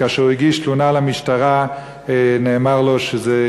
וכאשר הוא הגיש תלונה למשטרה נאמר לו שזה